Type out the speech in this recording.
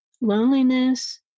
loneliness